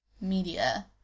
media